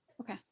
Okay